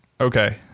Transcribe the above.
okay